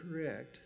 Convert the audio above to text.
correct